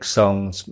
songs